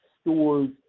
stores